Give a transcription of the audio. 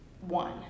one